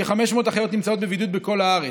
כ-500 אחיות נמצאות בבידוד בכל הארץ,